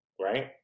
right